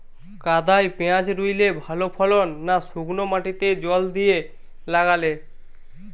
কাদায় পেঁয়াজ রুইলে ভালো ফলন না শুক্নো মাটিতে জল দিয়ে লাগালে?